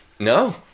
No